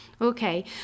Okay